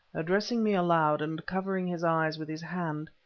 addressing me aloud, and covering his eyes with his hand,